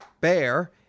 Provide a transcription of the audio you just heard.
bear